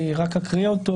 אני אקריא אותו.